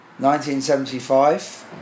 1975